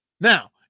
Now